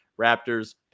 raptors